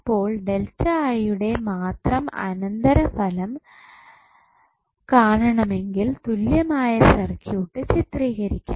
അപ്പോൾ യുടെ മാത്രം അനന്തരഫലംകാണണമെങ്കിൽ തുല്യമായ സർക്യൂട്ട് ചിത്രീകരിക്കാം